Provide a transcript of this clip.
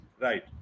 right